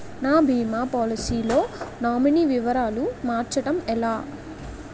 నా భీమా పోలసీ లో నామినీ వివరాలు మార్చటం ఎలా?